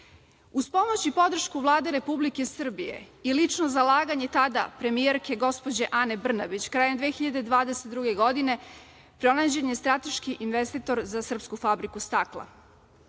pomoć i podršku Vlade Republike Srbije i lično zalaganje tada premijerke, gospođe Ane Brnabić, krajem 2022. godine pronađen je strateški investitor za srpsku fabriku stakla.